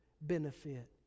benefit